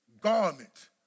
garment